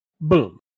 boom